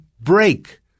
break